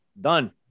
done